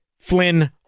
Flynn